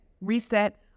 Reset